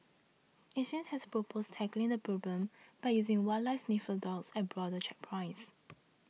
acres has proposed tackling the problem by using wildlife sniffer dogs at border checkpoints